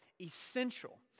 essential